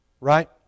right